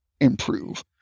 improve